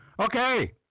Okay